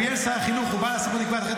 לפיהן שר החינוך הוא בעל הסמכות לקבוע את תוכניות